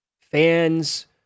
fans